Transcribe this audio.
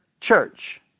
church